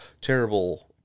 terrible